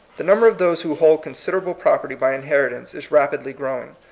the number of those who hold consid erable property by inheritance is rapidly growing.